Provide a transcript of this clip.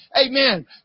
amen